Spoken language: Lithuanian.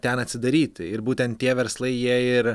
ten atsidaryti ir būtent tie verslai jie ir